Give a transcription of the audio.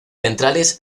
centrales